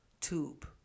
tube